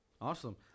awesome